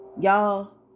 Y'all